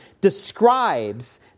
describes